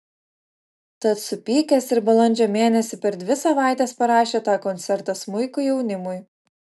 tad supykęs ir balandžio mėnesį per dvi savaites parašė tą koncertą smuikui jaunimui